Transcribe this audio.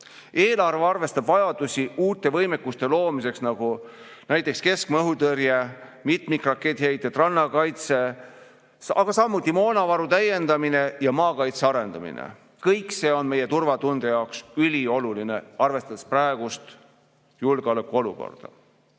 Eelarve arvestab vajadusi uute võimekuste loomiseks, nagu näiteks keskmaa õhutõrje, mitmikraketiheitjad, rannakaitse, samuti moonavaru täiendamine ja maakaitse arendamine. Kõik see on meie turvatunde jaoks ülioluline, arvestades praegust julgeolekuolukorda. Haridus